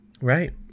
Right